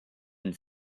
and